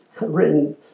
written